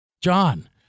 John